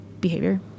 behavior